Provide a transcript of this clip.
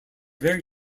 very